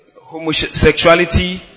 homosexuality